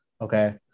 okay